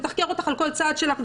מתחקר אותך על כל צעד שלך,